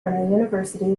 university